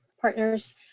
partners